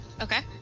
okay